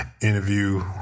interview